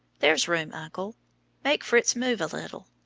there's room, uncle make fritz move a little.